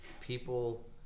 people